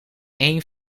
één